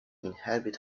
inhabit